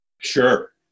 Sure